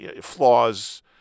flaws